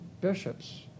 bishops